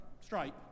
stripe